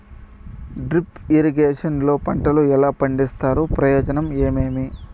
Drip irrigation లో పంటలు ఎలా పండిస్తారు ప్రయోజనం ఏమేమి?